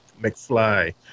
McFly